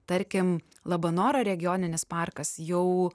tarkim labanoro regioninis parkas jau